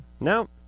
No